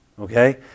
okay